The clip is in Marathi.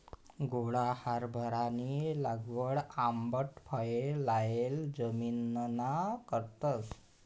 घोडा हारभरानी लागवड आंबट फये लायेल जमिनना करतस